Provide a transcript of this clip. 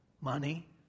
Money